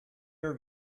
are